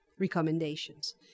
recommendations